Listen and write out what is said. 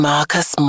Marcus